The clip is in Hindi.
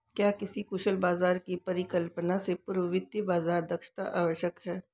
क्या किसी कुशल बाजार की परिकल्पना से पूर्व वित्तीय बाजार दक्षता आवश्यक है?